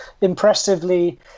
impressively